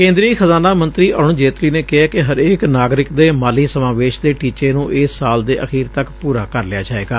ਕੇਂਦਰੀ ਖਜ਼ਾਨਾ ਮੰਤਰੀ ਅਰੁਣ ਜੇਤਲੀ ਨੇ ਕਿਹੈ ਕਿ ਹਰੇਕ ਨਾਗਰਿਕ ਦੇ ਮਾਲੀ ਸਮਾਵੇਸ਼ ਦੇ ਟੀਚੇ ਨੂੰ ਇਸ ਸਾਲ ਦੇ ਅਖੀਰ ਤੱਕ ਪੂਰ ਕਰ ਲਿਆ ਜਾਏਗਾ